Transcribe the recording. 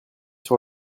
sur